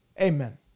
amen